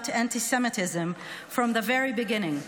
antisemitism from the very beginning,